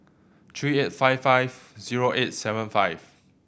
three eight five five zero eight seven five